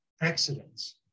accidents